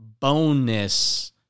bonus